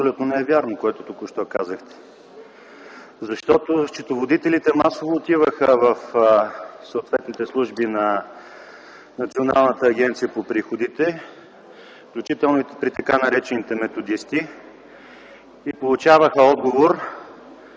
абсолютно не е вярно. Защото счетоводителите масово отиваха в съответните служби на Националната агенция по приходите, включително и при така наречените методисти, и получаваха отговор.